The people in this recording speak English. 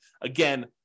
Again